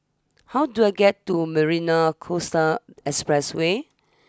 how do I get to Marina Coastal Expressway